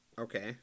Okay